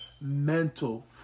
mental